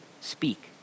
Speak